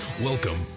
Welcome